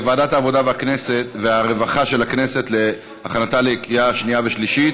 לוועדת העבודה והרווחה של הכנסת להכנתה לקריאה שנייה ושלישית.